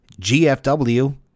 GFW